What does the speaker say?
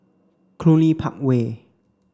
Cluny Park Way